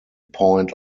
point